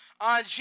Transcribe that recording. on